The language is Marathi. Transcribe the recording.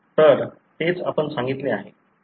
तर तेच आपण सांगितले आहे